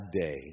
day